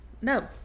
No